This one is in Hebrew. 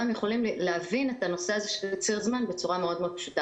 יכולים להבין את נושא ציר הזמן בצורה פשוטה.